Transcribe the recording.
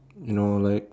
you know like uh